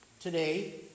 today